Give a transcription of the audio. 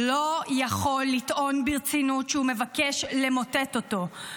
לא יכול לטעון ברצינות שהוא מבקש למוטט אותו.